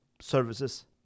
services